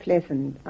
Pleasant